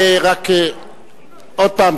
עוד פעם,